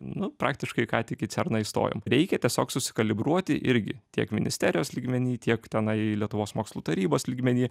nu praktiškai ką tik į cerną įstojom reikia tiesiog susikalibruoti irgi tiek ministerijos lygmeny tiek tenai lietuvos mokslų tarybos lygmeny